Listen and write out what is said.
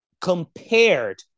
compared